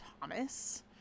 Thomas